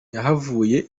yahavuye